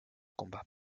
combat